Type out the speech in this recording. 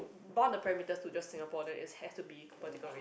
bond the perimeter to just Singapore then it has to be vertical